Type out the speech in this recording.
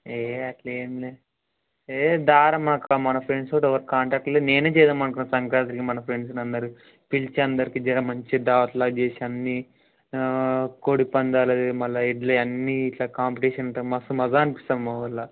ఏయి అట్ల ఏమి లేదు ఏయి రారా మాకు మన ఫ్రెండ్స్ కూడా ఎవరు కాంటాక్ట్లో లేరు నేనే చేద్దాం అనుకున్న సంక్రాంత్రికి మన ఫ్రెండ్స్ని అందరు పిలిచి అందరికి జరా మంచి దావత్లాగా చేసి అన్నీ కోడి పందాలు అవి మళ్ళా ఇడ్లీ అన్నీ ఇట్లా కాంపిటిషన్ ఉంటాయి మస్తు మజా అనిపిస్తుంది మా ఊళ్ళో